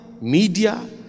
Media